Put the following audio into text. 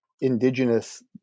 indigenous